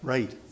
Right